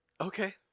Okay